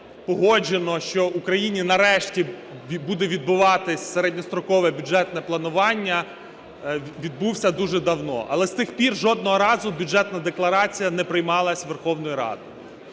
погоджено, що в Україні нарешті буде відбуватись середньострокове бюджетне планування, відбувся дуже давно. Але з тих пір жодного разу Бюджетна декларація не приймалась Верховною Радою.